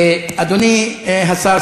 אדוני השר,